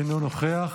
אינו נוכח.